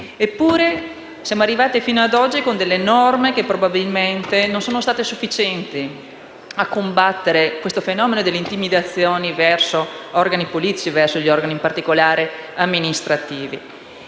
eppure, siamo arrivati fino ad oggi con delle norme che probabilmente non sono state sufficienti a combattere il fenomeno delle intimidazioni verso organi politici e, in particolare, amministrativi.